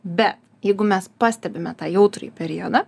be jeigu mes pastebime tą jautrųjį periodą